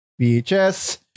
VHS